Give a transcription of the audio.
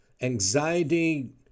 anxiety